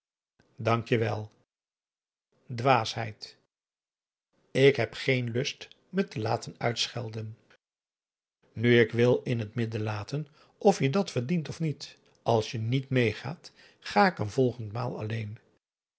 dank je wel dwaasheid ik heb geen lust me te laten uitschelden nu ik wil in het midden laten of je dat verdient of niet als je niet meegaat ga ik een volgend maal alleen